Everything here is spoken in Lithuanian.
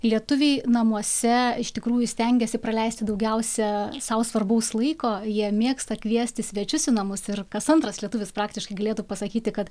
lietuviai namuose iš tikrųjų stengiasi praleisti daugiausia sau svarbaus laiko jie mėgsta kviestis svečius į namus ir kas antras lietuvis praktiškai galėtų pasakyti kad